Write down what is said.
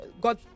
God